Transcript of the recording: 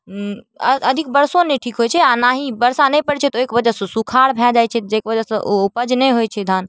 अधिक वर्षो नहि ठीक होइ छै आओर नाही वर्षा नहि पड़ै छै तऽ ओइके वजहसँ सुखाड़ भए जाइ छै जाहिके वजहसँ ओ उपज नहि होइ छै धान